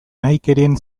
nahikerien